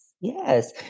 Yes